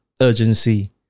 urgency